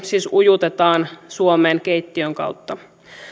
siis ujutetaan suomeen keittiön kautta